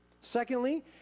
Secondly